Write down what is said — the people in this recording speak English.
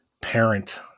parent